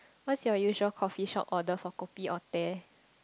what's your usual coffee shop order for coffee or tea